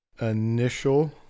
initial